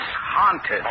haunted